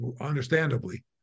Understandably